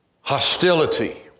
Hostility